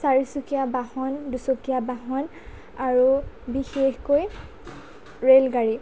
চাৰিচুকীয়া বাহন দুচকীয়া বাহন আৰু বিশেষকৈ ৰেলগাড়ী